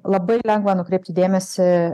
labai lengva nukreipti dėmesį